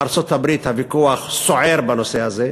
בארצות-הברית הוויכוח סוער בנושא הזה,